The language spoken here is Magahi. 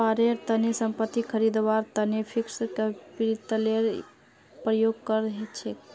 व्यापारेर तने संपत्ति खरीदवार तने फिक्स्ड कैपितलेर प्रयोग कर छेक